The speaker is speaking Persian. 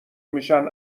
میشن